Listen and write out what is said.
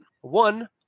one